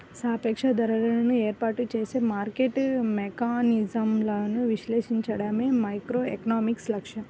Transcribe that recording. సాపేక్ష ధరలను ఏర్పాటు చేసే మార్కెట్ మెకానిజమ్లను విశ్లేషించడమే మైక్రోఎకనామిక్స్ లక్ష్యం